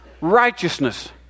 righteousness